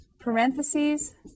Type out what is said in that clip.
parentheses